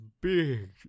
big